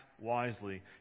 wisely